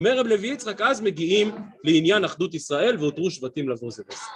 מרב לוי יצחק, אז מגיעים לעניין אחדות ישראל והותרו שבטים לבוא זה בזה